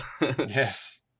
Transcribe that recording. Yes